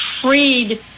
freed